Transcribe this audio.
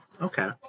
Okay